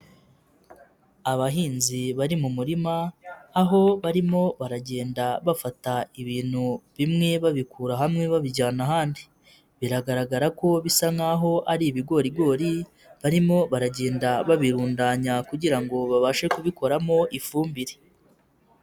Abahinzi bari mu murima aho barimo baragenda bafata ibintu bimwe babikura hamwe babijyana ahandi biragaragara ko bisa nkaho ari ibigorigori barimo baragenda babirundanya kugira ngo babashe kubikoramo ifumbire.